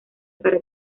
para